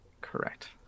Correct